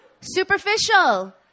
superficial